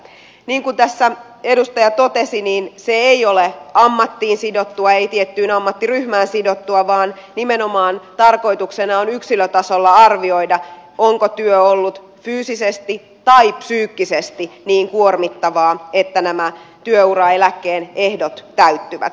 niin kuin tässä edustaja totesi se ei ole ammattiin sidottua ei tiettyyn ammattiryhmään sidottua vaan nimenomaan tarkoituksena on yksilötasolla arvioida onko työ ollut fyysisesti tai psyykkisesti niin kuormittavaa että nämä työuraeläkkeen ehdot täyttyvät